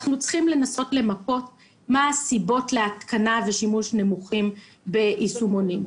אנחנו צריכים לנסות למפות מה הסיבות להתקנה ושימוש נמוכים ביישומונים.